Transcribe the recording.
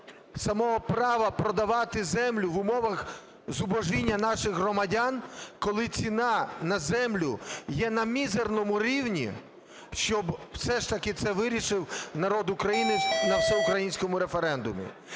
самого права продавати землю в умовах зубожіння наших громадян, коли ціна на землю є на мізерному рівні, щоб все ж таки це вирішив народ України на всеукраїнському референдумі.